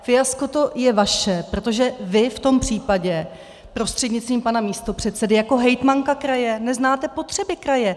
Fiasko to je vaše, protože vy v tom případě prostřednictvím pana místopředsedy jako hejtmanka kraje neznáte potřeby kraje.